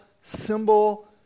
symbol